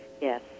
yes